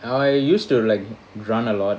I used to like run a lot